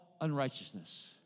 unrighteousness